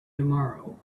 tomorrow